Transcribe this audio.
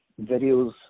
videos